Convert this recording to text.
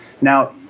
now